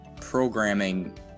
programming